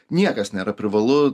niekas nėra privalu